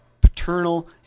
paternal